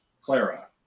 Clara